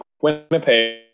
Winnipeg